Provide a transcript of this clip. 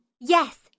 Yes